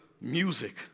music